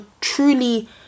truly